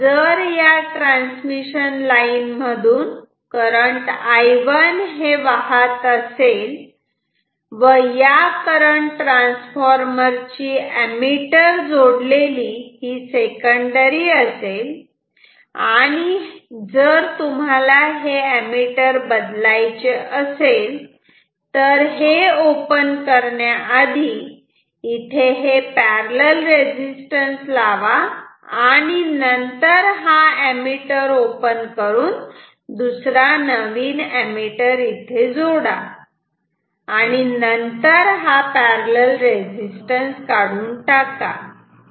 तेव्हा जर या त्रांस्मिशन लाईन मधून करंट I1 हे वाहत असेल व या करंट ट्रान्सफॉर्मर ची एमीटर जोडलेली ही सेकंडरी असेल आणि जर तुम्हाला हे एमीटर बदलायचे असेल तर हे ओपन करण्याआधी इथे हे पॅरलल रेजिस्टन्स लावा आणि नंतर हा एमीटर ओपन करून दुसरा नवीन एमीटर इथे जोडा आणि नंतर हा पॅरलल रेजिस्टन्स काढून टाका